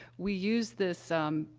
we use this, um,